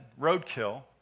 roadkill